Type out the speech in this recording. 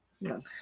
Yes